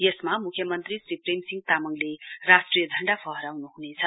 यसमा मुख्यमन्त्री श्री प्रेम सिंह तामाङले राष्ट्रिय झण्डा फहराउनु हुनेछ